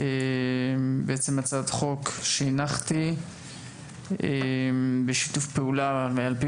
בעצם הצעת חוק שהנחתי בשיתוף פעולה על פי